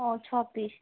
ও ছ পিস